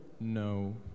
No